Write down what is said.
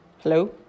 Hello